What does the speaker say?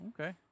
Okay